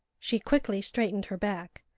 she quickly straightened her back,